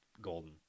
golden